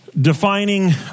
Defining